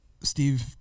Steve